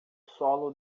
solo